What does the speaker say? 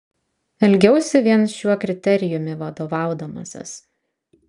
elgiausi vien šiuo kriterijumi vadovaudamasis